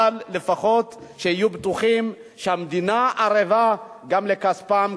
אבל לפחות שיהיו בטוחים שהמדינה ערבה גם לכספם,